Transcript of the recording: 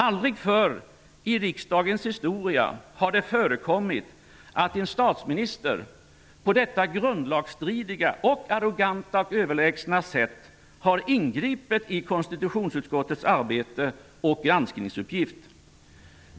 Aldrig förr i riksdagens historia har det förekommit att en statsminister på detta grundlagsstridiga -- och arroganta och överlägsna -- sätt har ingripit i konstitutionsutskottets arbete och granskningsuppgift.